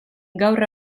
gaur